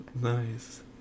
Nice